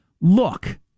look